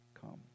come